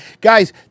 Guys